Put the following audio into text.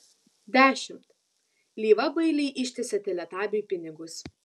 dešimt lyva bailiai ištiesė teletabiui pinigus